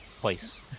place